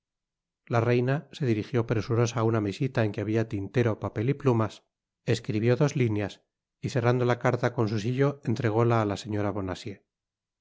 la reina se dirigió presurosa á una mesita en que habia tintero papel y plumas escribió dos lineas y cerrando la carta con su sello entrególa á la señora